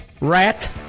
rat